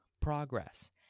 progress